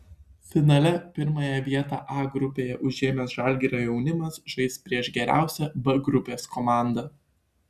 finale pirmąją vietą a grupėje užėmęs žalgirio jaunimas žais prieš geriausią b grupės komandą